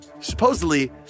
supposedly